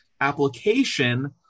application